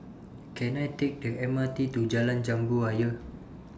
Can I Take The M R T to Jalan Jambu Ayer